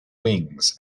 wings